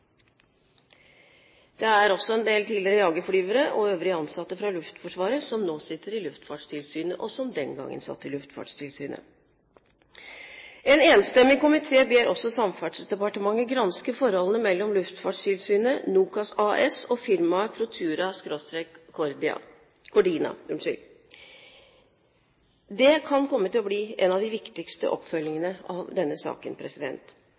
Det er også en del tidligere jagerflygere og øvrige ansatte i Luftforsvaret som nå sitter i Luftfartstilsynet, og som den gangen satt i Luftfartstilsynet. En enstemmig komité ber også Samferdselsdepartementet granske forholdene mellom Luftfartstilsynet, OCAS AS og firmaet Protura/Cordina. Det kan komme til å bli en av de viktigste oppfølgingene av denne saken,